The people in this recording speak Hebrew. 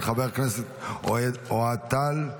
של חבר הכנסת אוהד טל.